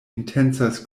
intencas